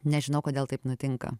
nežinau kodėl taip nutinka